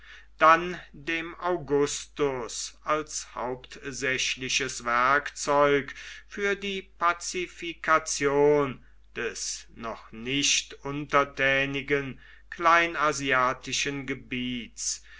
dann dem augustus als hauptsächliches werkzeug für die pazifikation des noch nicht untertänigen kleinasiatischen gebiets